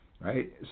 right